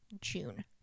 June